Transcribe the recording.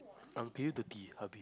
I'm below thirty